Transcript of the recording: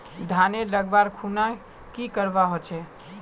धानेर लगवार खुना की करवा होचे?